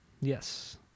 yes